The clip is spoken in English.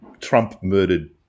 Trump-murdered